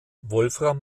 wolfram